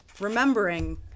remembering